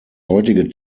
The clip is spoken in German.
heutige